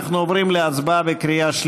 נא להצביע.